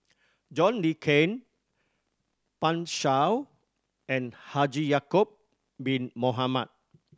John Le Cain Pan Shou and Haji Ya'acob Bin Mohamed